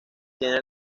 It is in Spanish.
tiene